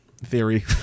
Theory